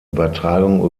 übertragung